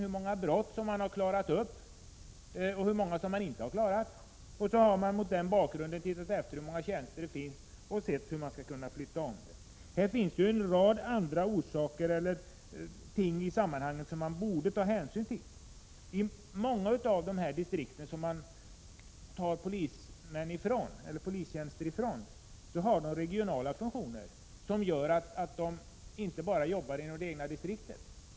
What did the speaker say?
Mot bakgrund av hur många brott som har klarats upp och hur många som inte har klarats upp har man, med ledning av det antal tjänster som finns, undersökt hur tjänsterna skall kunna flyttas om. Här finns en rad andra orsaker som man borde ta hänsyn till i sammanhanget. I många av de distrikt man tar polistjänster ifrån har polismännen regionala funktioner. De jobbar alltså inte bara inom det egna distriktet.